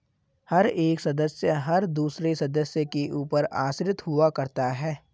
हर एक सदस्य हर दूसरे सदस्य के ऊपर आश्रित हुआ करता है